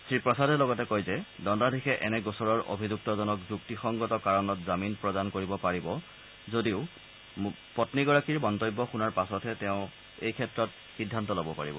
শ্ৰীপ্ৰসাদে লগতে কয় যে দণ্ডাধীশে এনে গোচৰৰ অভিযুক্তজনক যুক্তিসংগত কাৰণত জামিন প্ৰদান কৰিব পাৰিব যদিও পশ্লীগৰাকীৰ মন্তব্য শুনাৰ পাছতহে তেওঁ এই ক্ষেত্ৰত সিদ্ধান্ত ল'ব পাৰিব